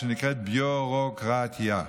שנקראת ביורוקרטיה.